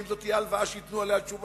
האם זו תהיה הלוואה שייתנו עליה תשובה,